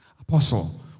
Apostle